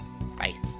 Bye